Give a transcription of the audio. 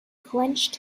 clenched